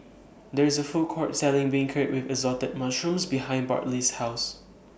There IS A Food Court Selling Beancurd with Assorted Mushrooms behind Bartley's House